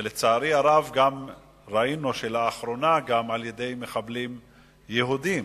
ולצערי הרב ראינו שלאחרונה גם בידי מחבלים יהודים,